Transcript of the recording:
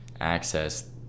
access